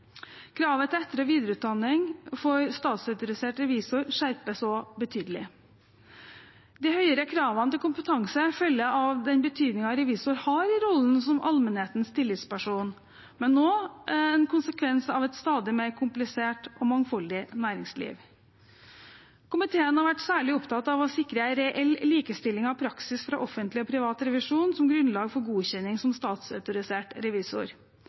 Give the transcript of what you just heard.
Kravet til etter- og videreutdanning for statsautorisert revisor skjerpes også betydelig. De høyere kravene til kompetanse følger av den betydningen revisor har i rollen som allmennhetens tillitsperson, men er også en konsekvens av et stadig mer komplisert og mangfoldig næringsliv. Komiteen har vært særlig opptatt av å sikre reell likestilling av praksis fra offentlig og privat revisjon som grunnlag for godkjenning som statsautorisert revisor.